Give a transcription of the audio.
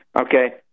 Okay